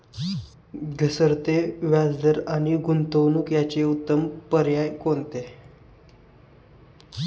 घसरते व्याजदर आणि गुंतवणूक याचे उत्तम पर्याय कोणते?